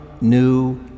new